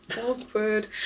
awkward